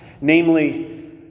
Namely